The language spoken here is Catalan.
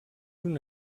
una